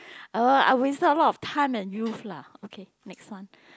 ugh I wasted a lot of time and youth lah okay next one